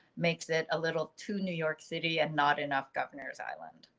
makes it a little to new york city and not enough governor's island.